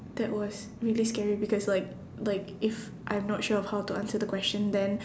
that was really scary because like like if I'm not sure of how to answer the question then